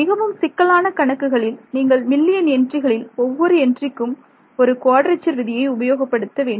மிகவும் சிக்கலான கணக்குகளில் நீங்கள் மில்லியன் என்ட்ரிகளில் ஒவ்வொரு என்ட்ரிக்கும் ஒரு குவாட்ரெச்சர் விதியை உபயோகப்படுத்த வேண்டும்